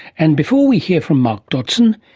and before we hear from mark dodgson,